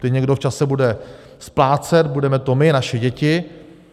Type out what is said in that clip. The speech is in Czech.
Ty někdo v čase bude splácet, budeme to my, naše děti.